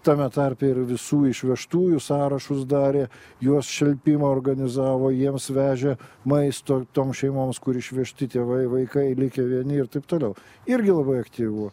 tame tarpe ir visų išvežtųjų sąrašus darė juos šelpimą organizavo jiems vežė maisto toms šeimoms kur išvežti tėvai vaikai likę vieni ir taip toliau irgi labai aktyvu